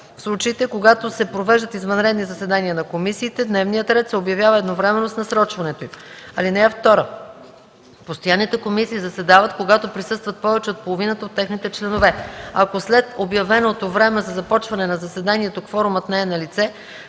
В случаите, когато се провеждат извънредни заседания на комисиите, дневният ред се обявява едновременно с насрочването им. (2) Постоянните комисии заседават, когато присъстват повече от половината от техните членове. Ако след обявеното време за започване на заседанието кворумът не е налице,